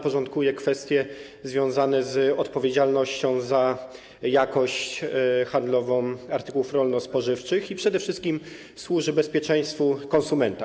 Porządkuje on kwestie związane z odpowiedzialnością za jakość handlową artykułów rolno-spożywczych i, przede wszystkim, służy bezpieczeństwu konsumenta.